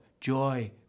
joy